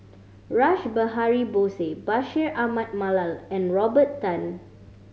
Rash Behari Bose Bashir Ahmad Mallal and Robert Tan